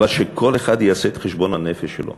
אבל שכל אחד יעשה את חשבון הנפש שלו,